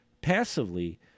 passively